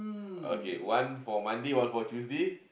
okay one for Monday one for Tuesday